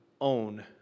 own